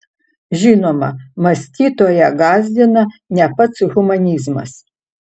žinoma mąstytoją gąsdina ne pats humanizmas